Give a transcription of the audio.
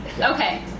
Okay